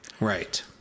Right